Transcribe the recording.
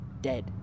Dead